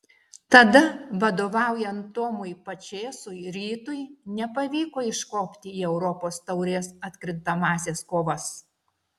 tada vadovaujant tomui pačėsui rytui nepavyko iškopti į europos taurės atkrintamąsias kovas